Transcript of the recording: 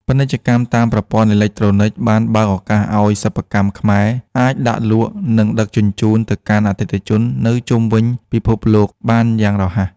ពាណិជ្ជកម្មតាមប្រព័ន្ធអេឡិចត្រូនិកបានបើកឱកាសឱ្យសិប្បកម្មខ្មែរ អាចដាក់លក់ និងដឹកជញ្ជូនទៅកាន់អតិថិជននៅជុំវិញពិភពលោកបានយ៉ាងរហ័ស។